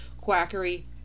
quackery